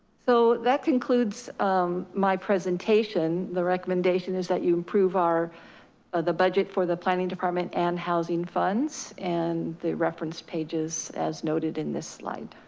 so that concludes my presentation. the recommendation is that you approve ah the budget for the planning department and housing funds and the reference pages as noted in this slide.